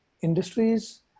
industries